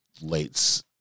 late